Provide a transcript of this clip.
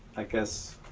i guess,